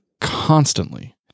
constantly